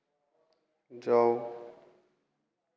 जाओ